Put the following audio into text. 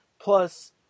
plus